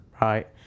right